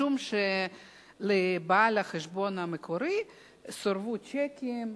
משום שלבעל החשבון המקורי סורבו שיקים,